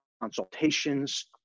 consultations